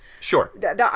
Sure